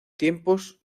tiempos